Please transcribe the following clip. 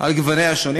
על גווניה השונים.